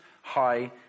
High